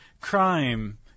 crime